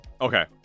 Okay